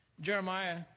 Jeremiah